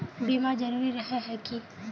बीमा जरूरी रहे है की?